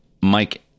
Mike